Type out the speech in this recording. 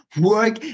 work